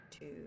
two